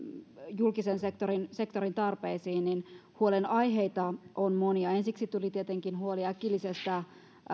julkisen sektorin sektorin tarpeisiin huolenaiheita on monia ensiksi tuli tietenkin huoli äkillisistä